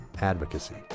advocacy